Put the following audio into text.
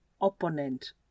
opponent